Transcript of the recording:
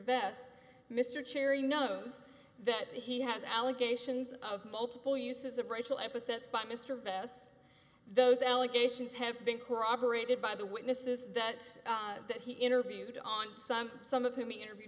best mr cherry knows that he has allegations of multiple uses of racial epithets by mr bass those allegations have been corroborated by the witnesses that that he interviewed on some some of whom he interview